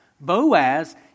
Boaz